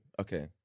Okay